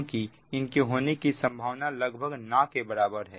क्योंकि इनके होने की संभावना लगभग ना के बराबर